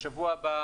בשבוע הבאה,